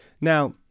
Now